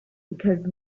because